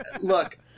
look